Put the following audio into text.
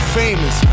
famous